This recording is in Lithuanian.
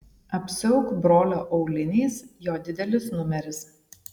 apsiauk brolio auliniais jo didelis numeris